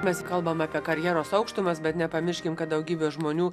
mes kalbam apie karjeros aukštumas bet nepamirškim kad daugybė žmonių